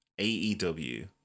AEW